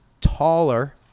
taller